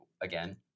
again